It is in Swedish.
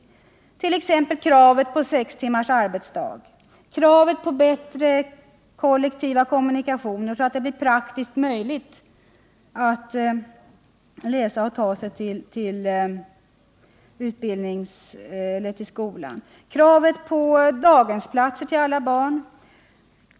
Det gäller t.ex. kravet på sex timmars arbetsdag, kravet på bättre kollektiva kommunikationer, så att det blir praktiskt möjligt att läsa och ta sig till skolan, kravet på daghemsplatser till alla barn.